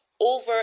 over